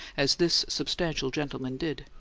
as this substantial gentleman did.